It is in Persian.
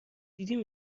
دیدیم